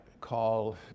call